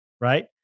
right